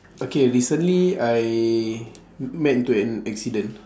okay recently I met into an accident